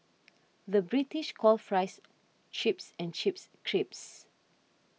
the British calls Fries Chips and Chips Crisps